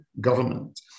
government